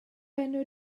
enw